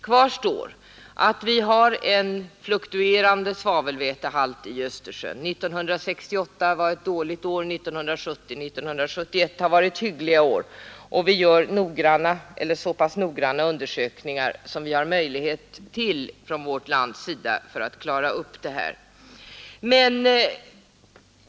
Kvar står att vi har en fluktuerande svavelvätehalt i Östersjön. År 1968 var ett dåligt år, 1970 och 1971 har varit hyggliga år, och vi gör så pass noggranna undersökningar som vi har möjlighet till för att klara denna sak.